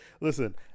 Listen